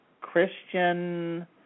Christian